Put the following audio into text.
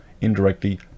indirectly